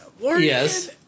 Yes